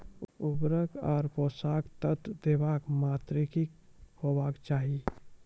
उर्वरक आर पोसक तत्व देवाक मात्राकी हेवाक चाही?